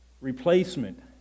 replacement